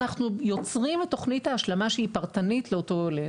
אנחנו יוצרים את תוכנית ההשלמה שהיא פרטנית לאותו עולה.